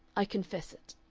i confess it.